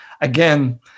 again